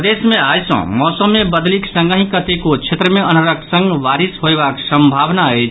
प्रदेश मे आइ सँ मौसम मे बदलिक संगहि कतेको क्षेत्र मे अन्हरक संग बारिश होयबाक संग सम्भावना अछि